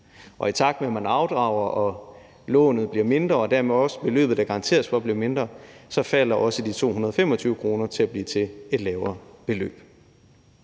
i takt med at man afdrager og lånet bliver mindre og beløbet, der er garanteret for, dermed også bliver mindre, så falder også de 225 kr. til et lavere beløb.